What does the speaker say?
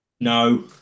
No